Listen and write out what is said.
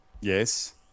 Yes